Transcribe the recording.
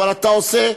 אבל אתה עושה,